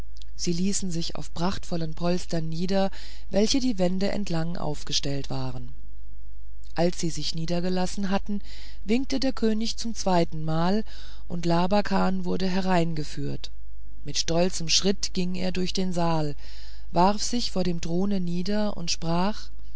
sie ließen sich auf prachtvollen polstern nieder welche die wände entlang aufgestellt waren als sie sich alle niedergelassen hatten winkte der könig zum zweitenmal und labakan wurde hereingeführt mit stolzem schritte ging er durch den saal warf sich vor dem throne nieder und sprach